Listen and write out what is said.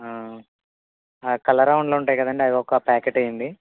కలరా ఉండలుంటాయి కదండి అవొక ప్యాకెట్టేయండి